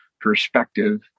perspective